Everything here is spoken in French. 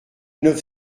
neuf